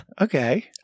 Okay